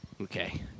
Okay